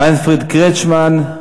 ווינפרד קרצ'מן.